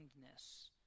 kindness